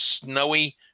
snowy